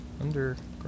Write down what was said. Underground